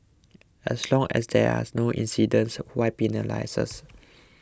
as long as there are no incident why penalise us